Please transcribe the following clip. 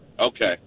okay